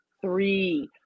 Three